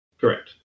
Correct